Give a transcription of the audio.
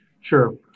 Sure